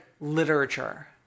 literature